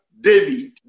David